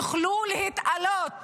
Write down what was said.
יוכלו להתעלות